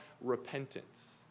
repentance